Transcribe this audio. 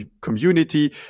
community